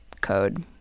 code